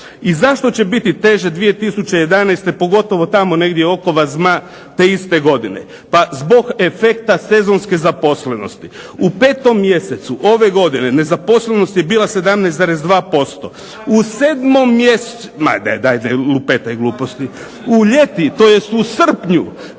I zašto će biti teže 2011. pogotovo tamo negdje oko Vazma te iste godine, pa zbog efekta sezonske zaposlenosti. U 5. mjesecu ove godine nezaposlenost je bila 17,2%, u 7. mjesecu… … /Upadica se ne razumije.../… Ma daj ne lupetaj gluposti. U ljetu tj. u srpnju